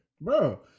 bro